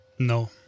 no